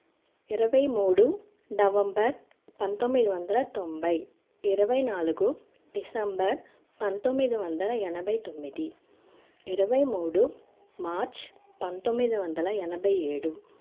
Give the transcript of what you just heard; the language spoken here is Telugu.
ఇరవై మూడు నవంబర్ పంతొమ్మిది వందల తొంభై ఇరవై నాలుగు డిసెంబర్ పంతొమ్మిది వందల ఎనభై తొమ్మిది ఇరవై మూడు మార్చ్ పంతొమ్మిది వందల ఎనభై ఏడు